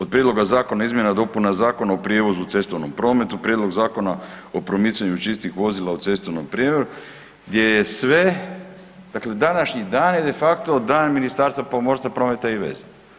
Od prijedloga zakona o izmjenama Zakona o prijevozu u cestovnom prometu prijedlog zakona o promicanju čistih vozila u cestovnom prijevozu gdje je sve, dakle današnji dan je de facto dan Ministarstva pomorstva, prometa i veza.